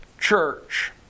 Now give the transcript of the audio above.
church